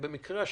במקרה,